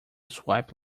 swipe